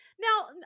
now